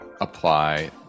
apply